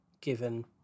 given